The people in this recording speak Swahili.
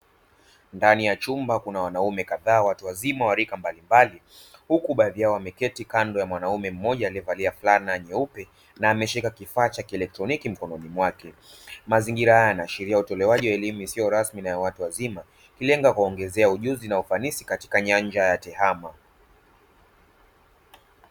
Ndani ya chumba kuna wanaume kadhaa watu wazima wa rika mbalimbali huku baadhi yao wamekaa kando ya mwanaume mmoja aliyevaa fulana nyeupe, na ameshika kifaa cha kielektroniki mkononi mwake. Mazingira haya yanaashiria utoaji wa elimu isiyo rasmina ya watu wazima, ikilenga kuongeza ujuzi na ufanisi katika nyanja ya tehama.